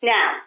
Now